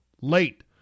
late